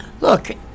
Look